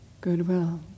Goodwill